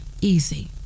easy